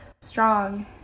strong